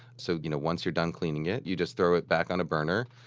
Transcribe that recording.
so you know once you're done cleaning it, you just throw it back on a burner.